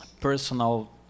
personal